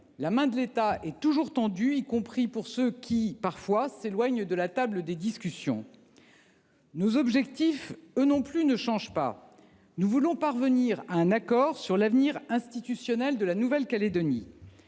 La main de l’État est toujours tendue, y compris à ceux qui, parfois, s’éloignent de la table des discussions. Nos objectifs, eux non plus, ne changent pas. Nous voulons parvenir à un accord sur l’avenir institutionnel de la Nouvelle Calédonie.